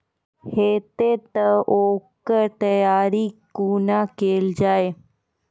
हेतै तअ ओकर तैयारी कुना केल जाय?